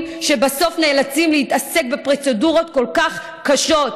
שבסוף נאלצים להתעסק בפרוצדורות כל כך קשות.